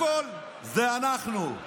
הכול זה אנחנו.